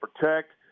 protect